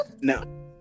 No